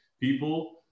people